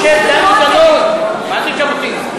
חברי האופוזיציה מבקשים לדעת מה ז'בוטינסקי היה אומר על זה.